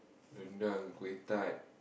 rendang Kuih Tart